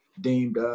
deemed